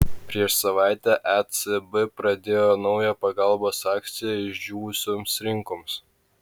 prieš savaitę ecb pradėjo naują pagalbos akciją išdžiūvusioms rinkoms